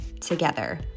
together